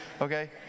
okay